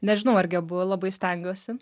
nežinau ar gebu labai stengiuosi